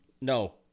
No